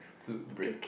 ~clude break